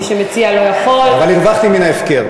מי שמציע לא יכול, אבל הרווחתי מן ההפקר.